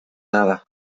nada